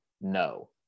no